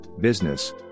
business